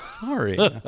Sorry